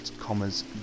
commas